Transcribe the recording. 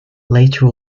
later